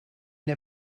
der